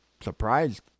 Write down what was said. surprised